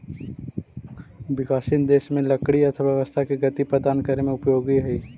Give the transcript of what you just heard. विकासशील देश में लकड़ी अर्थव्यवस्था के गति प्रदान करे में उपयोगी हइ